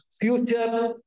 Future